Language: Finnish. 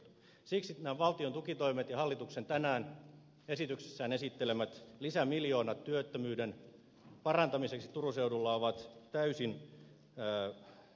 siksi nämä valtion tukitoimet ja hallituksen tänään esityksessään esittelemät lisämiljoonat työttömyyden parantamiseksi turun seudulla ovat täysin tarpeellisia